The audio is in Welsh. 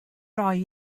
roi